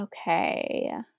Okay